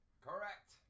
Correct